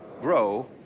grow